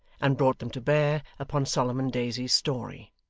and brought them to bear upon solomon daisy's story.